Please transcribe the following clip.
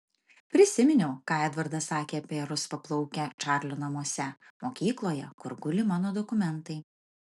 prisiminiau ką edvardas sakė apie rusvaplaukę čarlio namuose mokykloje kur guli mano dokumentai